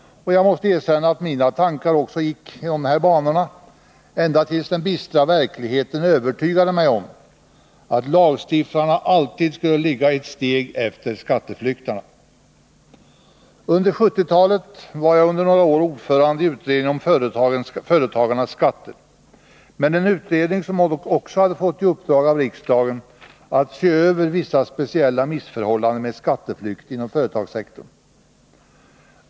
Jag måste erkänna att mina tankar också gick i de banorna, ända tills den bistra verkligheten övertygade mig om att lagstiftarna alltid skulle komma att ligga ett steg efter skatteflyktarna. Under 1970-talet var jag under några år ordförande i utredningen om företagarnas skatter, men det var en utredning som också hade fått i uppdrag av riksdagen att se över vissa speciella missförhållanden med skatteflykt inom företagssektorn.